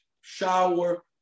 shower